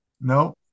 No